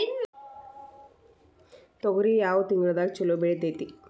ತೊಗರಿ ಯಾವ ತಿಂಗಳದಾಗ ಛಲೋ ಬೆಳಿತೈತಿ?